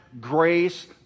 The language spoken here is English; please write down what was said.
grace